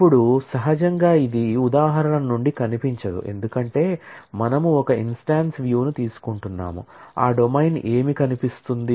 ఇప్పుడు సహజంగా ఇది ఉదాహరణ నుండి కనిపించదు ఎందుకంటే మనము ఒక ఇంస్టాన్స్ వ్యూ ను తీసుకుంటున్నాము ఆ డొమైన్ ఏమి కనిపిస్తుంది